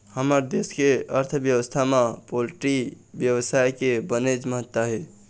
हमर देश के अर्थबेवस्था म पोल्टी बेवसाय के बनेच महत्ता हे